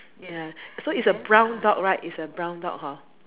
ya so is a brown dog right is a brown dog hor